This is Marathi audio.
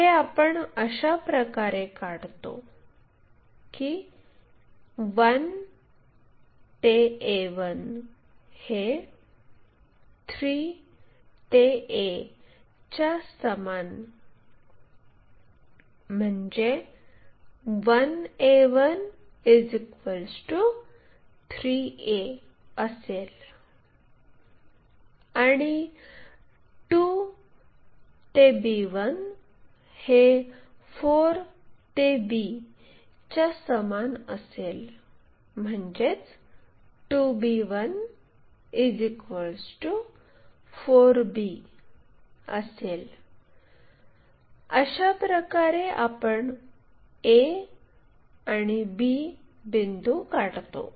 हे आपण अशा प्रकारे काढतो की 1 a1 हे 3 a च्या समान म्हणजे 1 a1 3 a असेल आणि 2 b1 हे 4 b च्या समान म्हणजे 2 b1 4 b असेल अशा प्रकारे आपण a आणि b बिंदू काढतो